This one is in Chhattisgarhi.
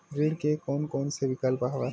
ऋण के कोन कोन से विकल्प हवय?